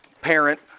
parent